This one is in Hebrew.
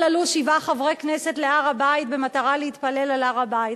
שיש בה כיבוש וגזענות והדרת נשים ועוני ואפליה.